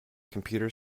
computer